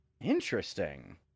interesting